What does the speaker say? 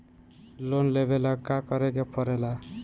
Loan लेबे ला का करे के पड़े ला?